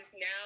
now